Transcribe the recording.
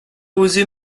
osé